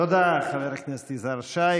תודה, חבר הכנסת יזהר שי.